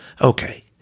Okay